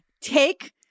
take